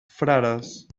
frares